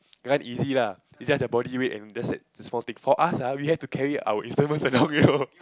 run easy lah besides their body weight and that's it that's a small thing for us ah we have to carry our instruments along you know